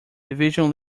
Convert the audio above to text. division